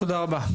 תודה רבה.